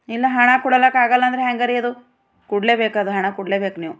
ಇಲ್ಲ ಹಣ ಕೊಡ್ಲಾಕಾಗಲ್ಲಂದ್ರ ಹ್ಯಾಂಗರಿ ಅದು ಕೊಡ್ಲೇಬೇಕದು ಹಣ ಕೊಡ್ಲೇಬೇಕು ನೀವು